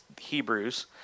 Hebrews